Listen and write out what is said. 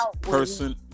person